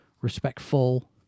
respectful